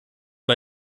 bei